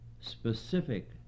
specific